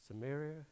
Samaria